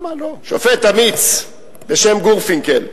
שופט אמיץ בשם גורפינקל,